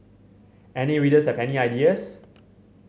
any readers have any ideas